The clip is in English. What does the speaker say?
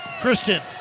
Kristen